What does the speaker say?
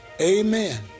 Amen